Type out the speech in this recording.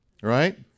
right